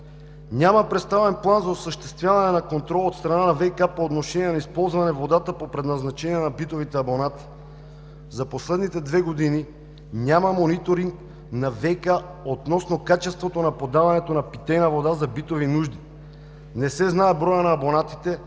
Няма представен план за осъществяване на контрол от страна на ВиК по отношение на използване водата по предназначение за битовите абонати. За последните две години няма мониторинг на ВиК относно качеството на подаването на питейна вода за битови нужди. Не се знае броят на абонатите,